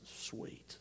sweet